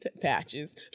patches